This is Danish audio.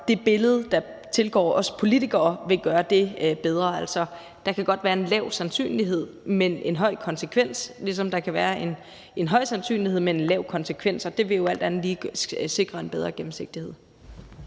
det billede, der tilgår os politikere, bedre. Altså, der kan godt være en lav sandsynlighed, men en høj konsekvens, ligesom der kan være en høj sandsynlighed, men en lav konsekvens. Og det vil jo alt andet lige sikre en bedre gennemsigtighed.